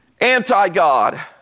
anti-God